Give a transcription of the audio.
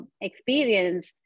experience